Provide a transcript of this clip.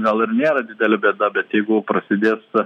gal ir nėra didelė bėda bet jeigu prasidės